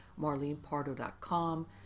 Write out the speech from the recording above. MarlenePardo.com